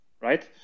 right